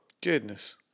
Goodness